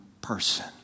person